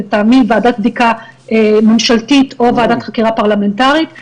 לטעמי ועדת בדיקה ממשלתית או ועדת חקירה פרלמנטרית.